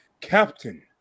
Captain